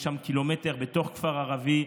יש שם קילומטר בתוך כפר ערבי,